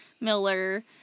Miller